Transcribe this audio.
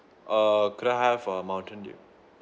err could I have uh mountain dew